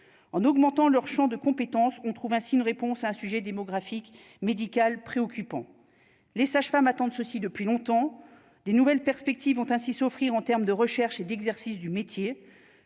en augmentant leur Champ de compétence, on trouve ainsi une réponse à un sujet démographique médicale préoccupant, les sages-femmes attendent de ceci depuis longtemps des nouvelles perspectives ont ainsi s'offrir en termes de recherche et d'exercice du métier,